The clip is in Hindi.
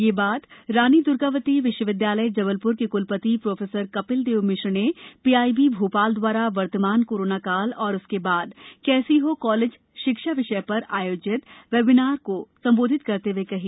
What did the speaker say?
यह बात रानी दुर्गावती विश्वविद्यालय जबलपुर के कुलपति प्रो कपिलदेव मिश्र ने पीआईबी भोपाल द्वारा वर्तमान कोरोना काल और उसके बाद कैसी हो कॉलेज शिक्षा विषय पर आयोजित वेबिनार को संबोधित करते हुए कही